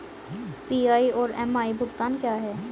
PI और MI भुगतान क्या हैं?